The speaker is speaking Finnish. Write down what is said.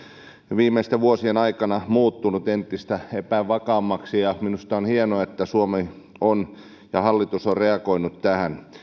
viimeisten vuosien aikana muuttunut entistä epävakaammaksi ja minusta on hienoa että suomi hallitus on reagoinut tähän